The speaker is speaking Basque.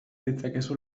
ditzakezu